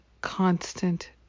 constant